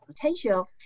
potential